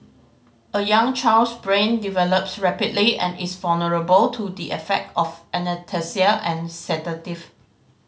a young child's brain develops rapidly and is vulnerable to the effect of anaesthesia and sedative